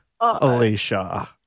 Alicia